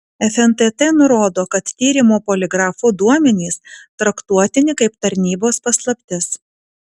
fntt nurodo kad tyrimo poligrafu duomenys traktuotini kaip tarnybos paslaptis